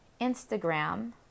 Instagram